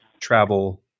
travel